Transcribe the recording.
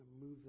Move